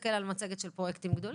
נסתכל על המצגת של הפרויקטים הגדולים.